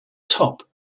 top